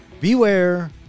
Beware